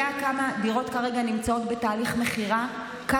כמה דירות נמצאות כרגע בתהליך מכירה?